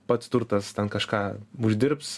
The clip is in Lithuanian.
pats turtas ten kažką uždirbs